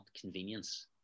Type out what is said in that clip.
convenience